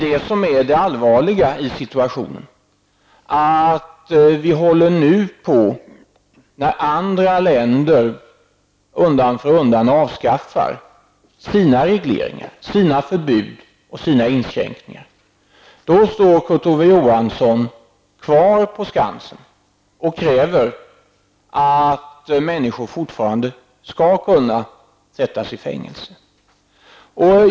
Nu håller andra länder på att undan för undan avskaffa sina regleringar, förbud och inskränkningar. Det allvarliga är att Kurt Ove Johansson i det läget står kvar på skansen och kräver att människor fortfarande skall kunna sättas i fängelse.